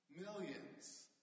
Millions